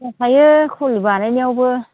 दंखायो खल बानायनायावबो